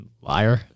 Liar